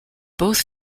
both